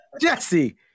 Jesse